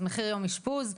אז מחיר יום אשפוז,